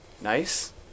nice